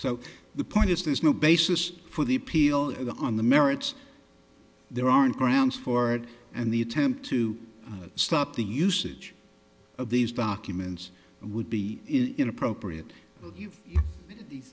so the point is there's no basis for the appeal on the merits there aren't grounds for it and the attempt to stop the usage of these documents would be inappropriate t